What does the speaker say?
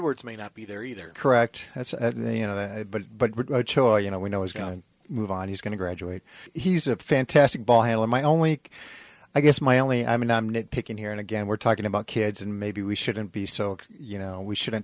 words may not be there either correct that's you know but but you know we know he's going to move on he's going to graduate he's a fantastic ball handler my own week i guess my only i mean i'm nit picking here and again we're talking about kids and maybe we shouldn't be so you know we shouldn't